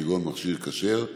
כגון מכשיר "כשר",